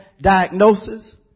diagnosis